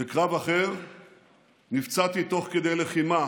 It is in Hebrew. בקרב אחר נפצעתי תוך כדי לחימה